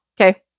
Okay